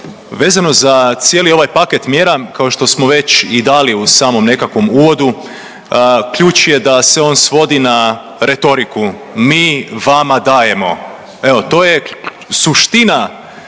Vezano za cijeli ovaj paket mjera kao što smo već i dali u samom nekakvom uvodu ključ je da se on svodi na retoriku mi vama dajemo. Evo to je suština